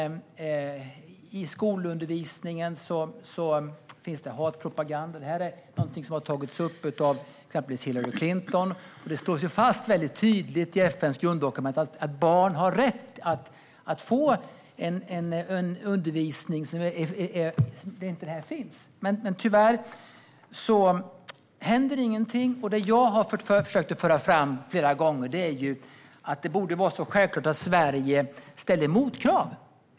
I skolundervisningen finns det hatpropaganda, och detta är något som har tagits upp av exempelvis Hillary Clinton. Det slås fast tydligt i FN:s grunddokument att barn har rätt att få undervisning där sådant inte finns, men tyvärr händer ingenting. Det jag har försökt föra fram flera gånger är att det borde vara självklart att Sverige ställer motkrav.